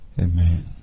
Amen